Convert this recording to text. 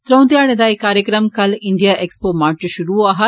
त्रौं ध्याड़ें दा एह् कार्यक्रम कल इंडिया एक्सपो मार्ट च षुरु होआ हा